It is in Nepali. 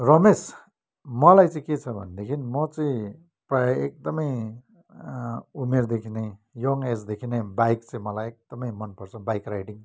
रमेश मलाई चाहिँ के छ भनेदेखि म चाहिँ प्रायः एकदमै उमेरदेखि नै यङ एजदेखि नै बाइक चाहिँ मलाई एकदमै मनपर्छ बाइक राइडिङ